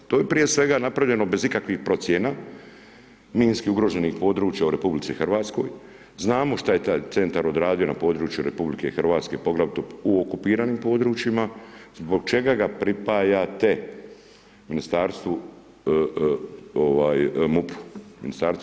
To je prije svega napravljeno bez ikakvih procjena minski ugroženih područja u RH, znamo šta je taj Centar odradio na području RH, poglavito u okupiranim područjima, zbog čega ga pripajate MUP-u?